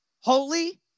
holy